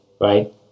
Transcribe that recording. right